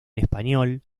español